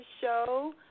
show